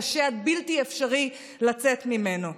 קשה עד בלתי אפשרי לצאת ממנו.